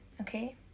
okay